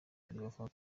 ferwafa